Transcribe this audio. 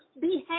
behave